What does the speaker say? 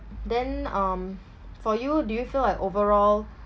then um for you do you feel like overall